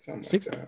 Six